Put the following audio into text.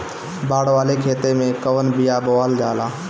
बाड़ वाले खेते मे कवन बिया बोआल जा?